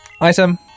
Item